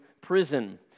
prison